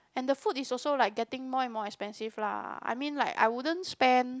and the food is also like getting more and more expensive lah I mean like I wouldn't spend